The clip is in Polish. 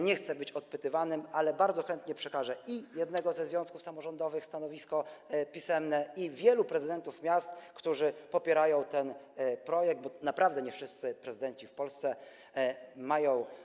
Nie chcę być odpytywany, ale bardzo chętnie przekażę i pisemne stanowisko jednego ze związków samorządowych, i stanowiska wielu prezydentów miast, którzy popierają ten projekt, bo naprawdę nie wszyscy prezydenci w Polsce mają.